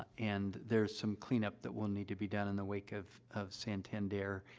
and there's some clean-up that will need to be done in the wake of of santander, ah,